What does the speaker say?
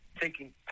taking